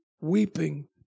weeping